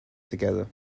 together